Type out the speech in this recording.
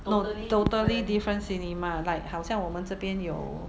no totally different cinema like 好像我们这边有